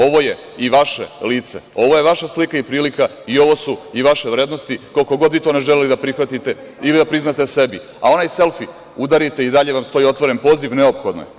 Ovo je i vaše lice, ovo je vaša slika i prilika i ovo su i vaše vrednosti koliko god vi to ne želeli da prihvatite ili da priznate sebi, a onaj selfi udarite i dalje vam stoji otvoren poziv, neophodno je.